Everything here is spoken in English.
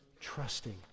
trusting